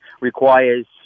requires